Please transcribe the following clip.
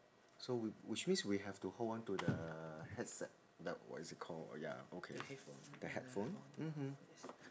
so whi~ which means we have to hold on to the headset the what is it called ya okay the headphone mm mm